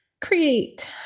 create